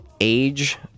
age